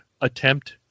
attempt